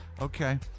Okay